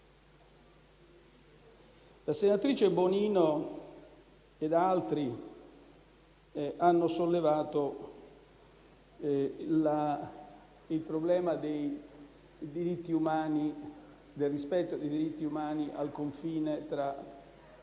La senatrice Bonino ed altri hanno sollevato il problema dei diritti umani, del rispetto dei diritti umani al confine tra